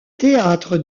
théâtre